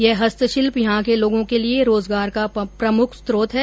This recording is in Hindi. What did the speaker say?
यह इस्तशिल्प यहां के लोगों के लिए रोजगार का प्रमुख स्त्रोत है